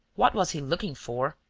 what was he looking for?